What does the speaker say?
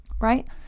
Right